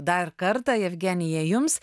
dar kartą jevgenija jums